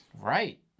Right